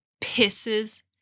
pisses